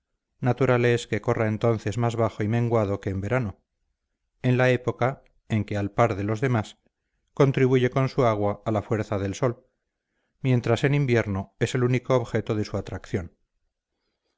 es que corra entonces más bajo y menguado que en verano en la época en que al par de los demás contribuye con su agua a la fuerza del sol mientras en invierno es el único objeto de su atracción